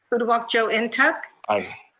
uduak-joe and ntuk? aye.